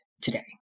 today